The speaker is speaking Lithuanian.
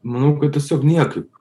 manau kad tiesiog niekaip